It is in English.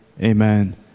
Amen